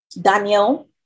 Daniel